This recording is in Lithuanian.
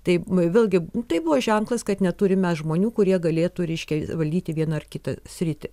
tai vėlgi tai buvo ženklas kad neturime žmonių kurie galėtų reiškia valdyti vieną ar kitą sritį